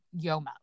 Yoma